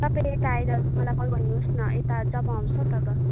तपाईँ यता आएर मलाई कल गर्नु होस् न यता जब आउँछ तब